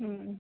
हँ